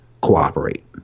cooperate